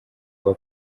kuba